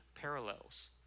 parallels